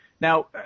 Now